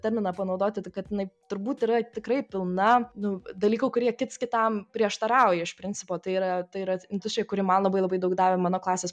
terminą panaudoti tai kad jinai turbūt yra tikrai pilna nu dalykų kurie kits kitam prieštarauja iš principo tai yra tai yra industrija kuri man labai labai daug davė mano klasės